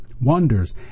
wonders